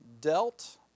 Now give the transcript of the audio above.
dealt